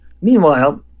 Meanwhile